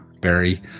Barry